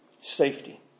safety